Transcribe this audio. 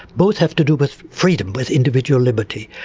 both have to do with freedom with individual liberty.